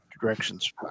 directions